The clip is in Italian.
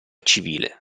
civile